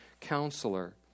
counselor